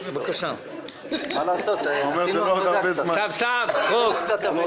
זה נאמר בצחוק.